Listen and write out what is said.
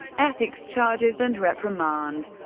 ethics charges and reprimand